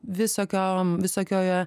visokio visokioje